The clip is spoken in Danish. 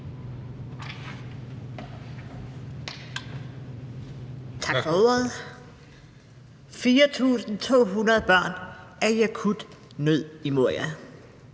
Tak for ordet. 4.200 børn er i akut nød i Moria,